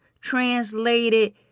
translated